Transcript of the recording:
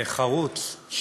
חרוץ,